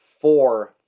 four